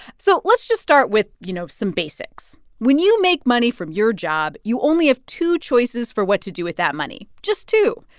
so let's just start with, you know, some basics. when you make money from your job, you only have two choices for what to do with that money just two.